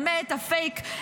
באמת הפייק,